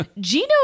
Gino